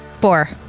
Four